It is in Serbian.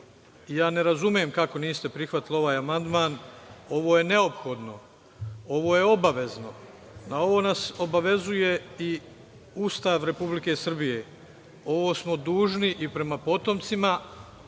ja ne razumem kako niste prihvatili ovaj amandman. Ovo je neophodno, ovo je obavezno. Na ovo nas obavezuje i Ustav Republike Srbije. Ovo smo dužni i prema potomcima,